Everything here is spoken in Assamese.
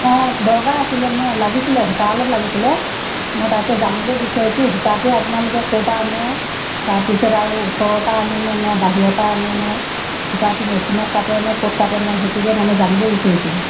অ' দৰকাৰ আছিল মোক লাগিছিল সূতা অলপ লাগিছিল মই তাকে জানিব বিচাৰিছোঁ সূতাটো আপোনালোকে ক'ৰ পৰা আনে তাৰপিছত আৰু ওচৰৰ পৰা আনে নে বাহিৰৰ পৰাই আনে নে সূতাটো মেচিনত কাটে নে ক'ত কাটে মই সেইটোকে মানে জানিব বিচাৰিছিলোঁ